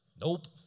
Nope